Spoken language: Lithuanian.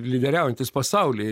lyderiaujantys pasauly